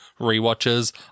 re-watches